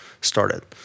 started